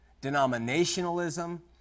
denominationalism